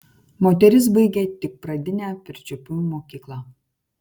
moteris baigė tik pradinę pirčiupių mokyklą